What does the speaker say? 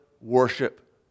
worship